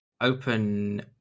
open